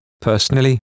personally